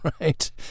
Right